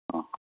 ꯑꯥ